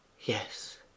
Yes